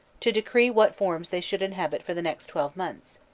to decree what forms they should inhabit for the next twelve months.